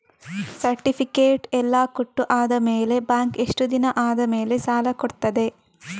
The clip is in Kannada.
ಸರ್ಟಿಫಿಕೇಟ್ ಎಲ್ಲಾ ಕೊಟ್ಟು ಆದಮೇಲೆ ಬ್ಯಾಂಕ್ ಎಷ್ಟು ದಿನ ಆದಮೇಲೆ ಸಾಲ ಕೊಡ್ತದೆ?